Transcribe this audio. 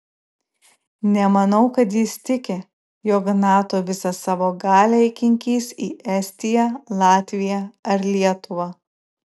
nemanau kad jis tiki jog nato visą savo galią įkinkys į estiją latviją ar lietuvą